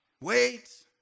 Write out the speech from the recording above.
wait